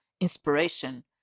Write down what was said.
inspiration